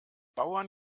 bauern